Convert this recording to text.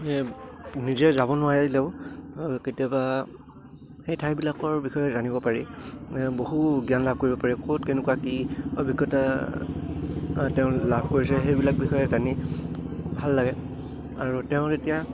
নিজে যাব নোৱাৰিলেও কেতিয়াবা সেই ঠাইবিলাকৰ বিষয়ে জানিব পাৰি বহু জ্ঞান লাভ কৰিব পাৰি ক'ত কেনেকুৱা কি অভিজ্ঞতা তেওঁ লাভ কৰিছে সেইবিলাক বিষয়ে জানি ভাল লাগে আৰু তেওঁ এতিয়া